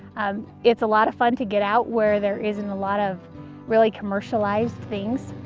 um it's a lot of fun to get out where there isn't a lot of really commercialized things.